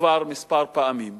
כבר פעמים מספר.